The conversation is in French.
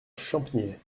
champniers